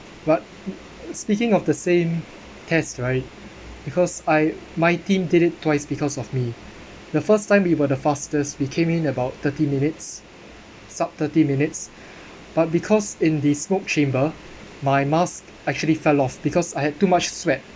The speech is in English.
but speaking of the same test right because I my team did it twice because of me the first time we were the fastest we came in about thirty minutes sharp thirty minutes but because in the smoke chamber my mask actually fell off because I had too much sweat